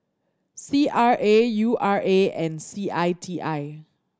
C R A U R A and C I T I